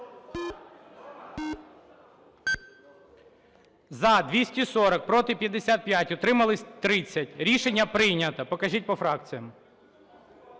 За-240 Проти – 55, утримались – 30. Рішення прийнято. Покажіть по фракціях.